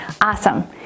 Awesome